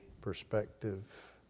perspective